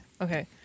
Okay